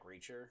Reacher